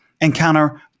encounter